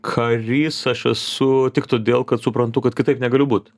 karys aš esu tik todėl kad suprantu kad kitaip negaliu būt